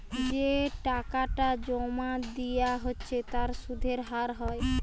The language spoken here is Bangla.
যে টাকাটা জোমা দিয়া হচ্ছে তার সুধের হার হয়